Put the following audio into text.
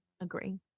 Agree